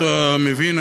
אתה מבין,